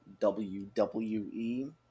WWE